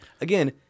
again